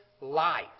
light